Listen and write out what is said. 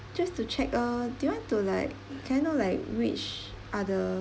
just to check uh do you want to like can I know like which other